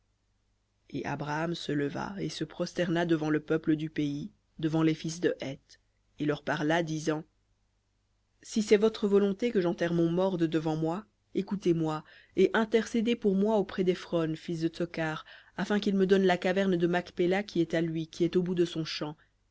et abraham se leva et se prosterna devant le peuple du pays devant les fils de heth et il leur parla disant si c'est votre volonté que j'enterre mon mort de devant moi écoutez-moi et intercédez pour moi auprès d'éphron fils de tsokhar afin qu'il me donne la caverne de macpéla qui est à lui qui est au bout de son champ